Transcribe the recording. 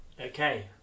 Okay